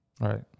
Right